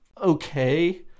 okay